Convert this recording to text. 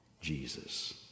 Jesus